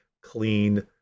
clean